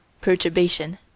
perturbation